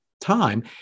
time